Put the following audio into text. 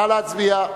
נא להצביע.